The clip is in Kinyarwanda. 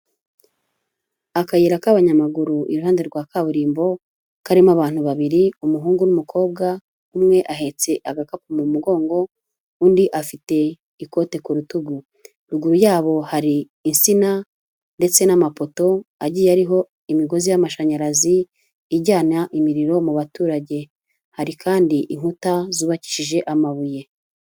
Akayira k'abanyamaguru iruhande rwa kaburimbo, karimo abantu babiri umuhungu n'umukobwa, umwe ahetse agakapu mu mugongo, undi afite ikote ku rutugu, ruguru yabo hari izina ndetse n'amapoto agiye ariho imigozi y'amashanyarazi, ijyana imiriro mu baturage hari kandi inkuta zubakishije amabuye.